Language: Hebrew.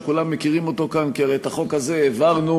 שכולם מכירים אותו כאן כי את החוק הזה העברנו,